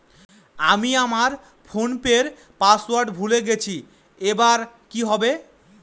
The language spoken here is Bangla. আমি আমার ফোনপের পাসওয়ার্ড ভুলে গেছি এবার কি হবে?